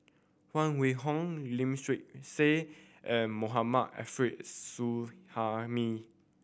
Huang Wenhong Lim Swee Say and Mohammad Arif Suhaimi